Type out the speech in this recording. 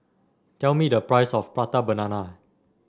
tell me the price of Prata Banana